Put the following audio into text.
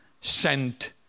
sent